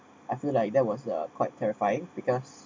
I feel like there was the quite terrifying because